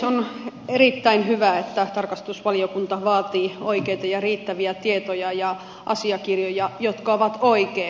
on erittäin hyvä että tarkastusvaliokunta vaatii oikeita ja riittäviä tietoja ja asiakirjoja jotka ovat oikein